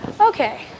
Okay